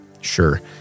Sure